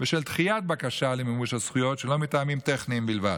בשל דחיית בקשה למימוש הזכויות שלא מטעמים טכניים בלבד.